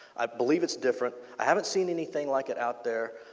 i believe it's different. i haven't seen anything like it out there.